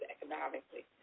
economically